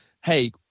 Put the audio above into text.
hey